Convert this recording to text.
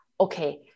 okay